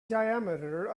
diameter